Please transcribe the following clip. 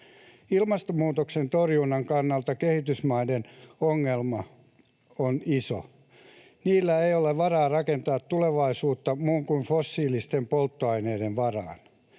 Ilmastonmuutoksen torjunnan kannalta kehitysmaiden ongelma on iso. Niillä ei ole varaa rakentaa tulevaisuutta muun kuin fossiilisten polttoaineiden varaan.